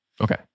Okay